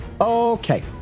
Okay